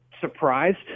surprised